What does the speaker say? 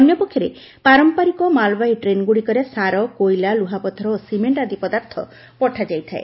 ଅନ୍ୟପକ୍ଷରେ ପାରମ୍ପରିକ ମାଲବାହୀ ଟ୍ରେନ୍ ଟ୍ରେନ୍ଗୁଡ଼ିକରେ ସାର କୋଇଲା ଲୁହାପଥର ଓ ସିମେଶ୍କ ଆଦି ପଦାର୍ଥ ପଠାଯାଇଥାଏ